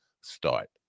start